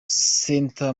center